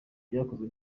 byakozwe